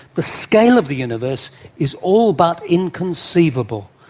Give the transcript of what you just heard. the scale of the universe is all but inconceivable.